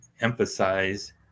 emphasize